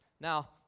Now